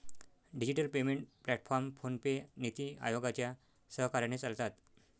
digital payment platform PhonePe, नीति आयोगाच्या सहकार्याने चालतात